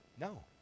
No